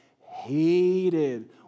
hated